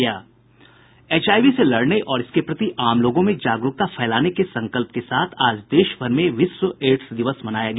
HIV से लड़ने और इसके प्रति आम लोगों में जागरूकता फैलाने के संकल्प के साथ आज देशभर में विश्व एड्स दिवस मनाया गया